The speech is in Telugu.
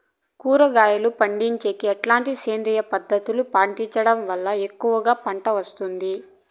కూరగాయలు పండించేకి ఎట్లాంటి సేంద్రియ పద్ధతులు పాటించడం వల్ల ఎక్కువగా పంట వస్తుంది?